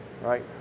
right